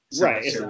right